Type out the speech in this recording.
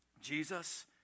Jesus